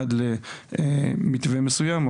עד מטווה מסוים,